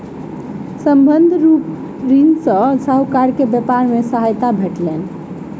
संबंद्ध ऋण सॅ साहूकार के व्यापार मे सहायता भेटलैन